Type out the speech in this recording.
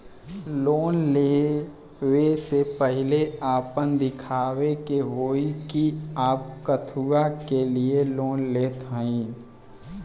Loan ले वे से पहिले आपन दिखावे के होई कि आप कथुआ के लिए लोन लेत हईन?